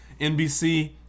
NBC